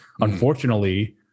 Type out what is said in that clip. unfortunately